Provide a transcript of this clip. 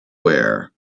wear